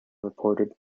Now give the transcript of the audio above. reported